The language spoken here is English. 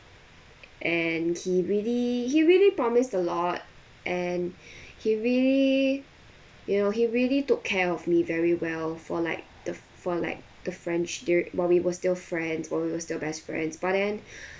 and he really he really promised a lot and he really you know he really took care of me very well for like the for like the friendshi~ dur~ while we were still friends while we were still best friends but then